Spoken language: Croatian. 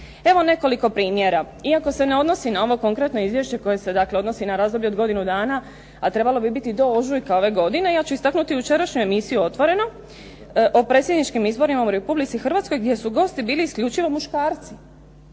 Evo nekoliko primjera iako se ne odnosi na ovo konkretno izvješće koje se dakle odnosi na razdoblje od godinu dana, a trebalo bi biti do ožujka ove godine. Jer ću istaknuti jučerašnju emisiju otvoreno o predsjedničkim izborima u Republici Hrvatskoj gdje su gosti bili isključivo muškarci.